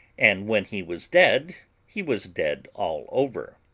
and when he was dead he was dead all over.